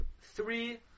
three